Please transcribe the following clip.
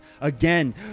Again